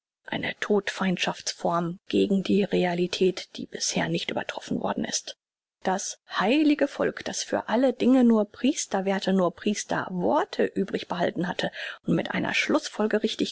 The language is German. eine todfeindschafts form gegen die realität die bisher nicht übertroffen worden ist das heilige volk das für alle dinge nur priester werthe nur priester worte übrig behalten hatte und mit einer